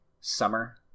summer